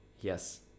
Yes